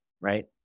right